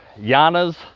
Yana's